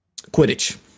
Quidditch